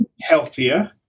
healthier